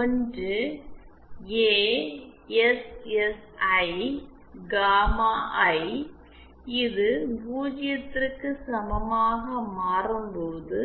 1 ASSI 1 - ASSI gamma I இது 0 க்கு சமமாக மாறும்போது